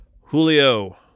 Julio